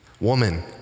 Woman